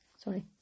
Sorry